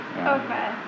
Okay